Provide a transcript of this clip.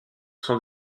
sont